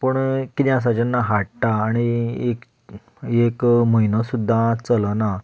पूण कितें आसा जेन्ना हाडटा आनी एक एक म्हयनो सुद्दां चलना